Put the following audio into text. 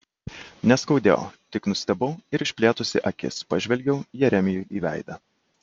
neskaudėjo tik nustebau ir išplėtusi akis pažvelgiau jeremijui į veidą